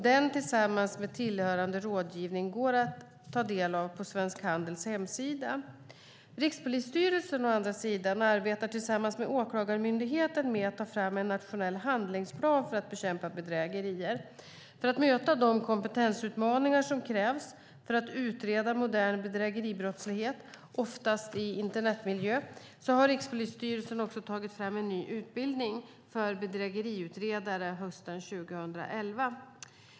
Den tillsammans med tillhörande rådgivning går att ta del av på Svensk Handels hemsida. Rikspolisstyrelsen däremot arbetar tillsammans med Åklagarmyndigheten med att ta fram en nationell handlingsplan för att bekämpa bedrägerier. För att möta de kompetensutmaningar som krävs för att utreda modern bedrägeribrottslighet, oftast i internetmiljö, har Rikspolisstyrelsen också tagit fram en ny utbildning för bedrägeriutredare hösten 2011.